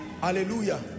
Hallelujah